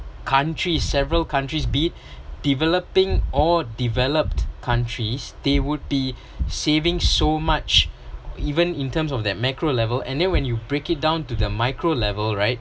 country several countries be it developing or developed countries they would be saving so much even in terms of that macro level and then when you break it down to the micro level right